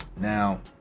Now